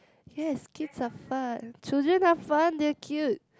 yes kids are fun children are fun they are cute